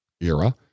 era